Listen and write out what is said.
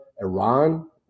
Iran